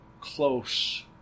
close